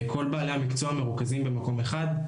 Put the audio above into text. כל בעלי המקצוע מרוכזים במקום אחד,